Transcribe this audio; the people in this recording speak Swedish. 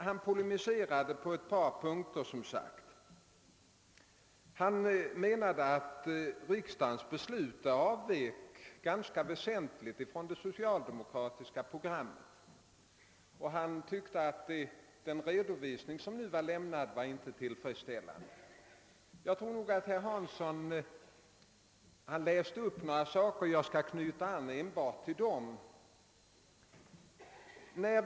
Han polemiserade mot ett par av dess punkter och menade att riksdagens beslut avvek ganska väsentligt från det socialdemokratiska programmet samt tyckte att den redovisning som lämnades inte var tillfredsställande. Herr Hansson läste upp några avsnitt av rapporten och jag skall knyta an enbart till dem.